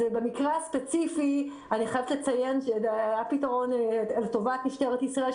אז במקרה הספציפי אני חייבת לציין שהיה פתרון לטובת משטרת ישראל,